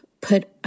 put